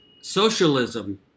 socialism